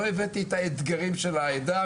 לא הבאתי את האתגרים של העדה.